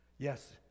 Yes